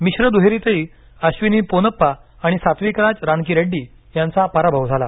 मिश्र दुहेरीतही अश्विनी पोनप्पा आणि सात्विकराज रानकीरेड्डी यांचा पराभव झाला